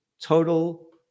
total